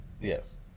Yes